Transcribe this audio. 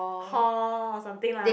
hall or something lah